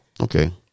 Okay